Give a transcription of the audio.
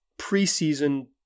preseason